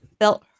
felt